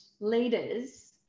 leaders